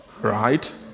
right